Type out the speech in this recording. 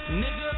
nigga